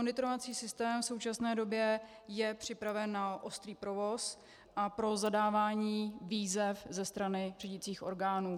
Monitorovací systém v současné době je připraven na ostrý provoz a pro zadávání výzev ze strany řídicích orgánů.